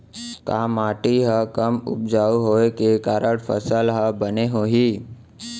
का माटी हा कम उपजाऊ होये के कारण फसल हा बने होही?